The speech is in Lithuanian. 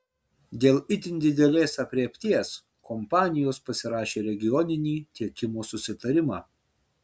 dėl itin didelės aprėpties kompanijos pasirašė regioninį tiekimo susitarimą